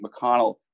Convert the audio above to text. McConnell